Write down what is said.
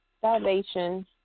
salvation